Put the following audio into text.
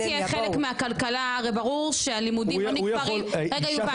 גם תהיה חלק מהכלכלה הרי ברור שהלימודים אינם נגמרים --- האוכלוסייה